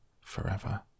forever